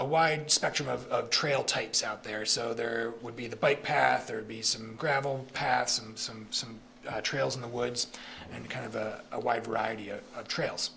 a wide spectrum of trail types out there so there would be the bike path or be some gravel paths and some some trails in the woods and kind of a wide variety of trails